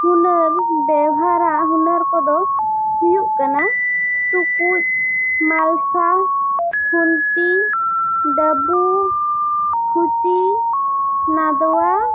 ᱦᱩᱱᱟᱹᱨ ᱵᱮᱣᱦᱟᱨᱟᱜ ᱦᱩᱱᱟᱹᱨ ᱠᱚᱫᱚ ᱦᱩᱭᱩᱜ ᱠᱟᱱᱟ ᱴᱩᱠᱩᱡ ᱢᱟᱞᱥᱟ ᱠᱷᱩᱱᱴᱤ ᱰᱟᱹᱵᱩ ᱠᱷᱩᱪᱤ ᱱᱟᱫᱚᱣᱟ